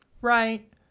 Right